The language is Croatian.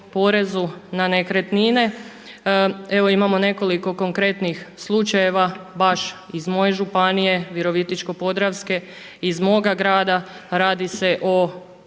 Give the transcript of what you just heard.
na nekretnine evo imamo nekoliko konkretnih slučajeva baš iz moje županije Virovitičko-podravske, iz moga grada, radi se o